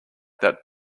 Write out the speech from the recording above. that